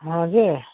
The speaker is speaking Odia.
ହଁ ଯେ